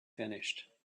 finished